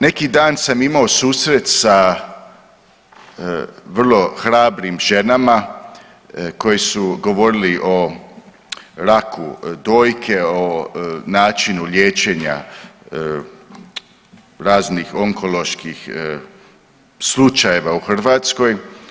Neki dan sam imao susret sa vrlo hrabrim ženama koji su govorili o raku dojke, o načinu liječenja raznih onkoloških slučajeva u Hrvatskoj.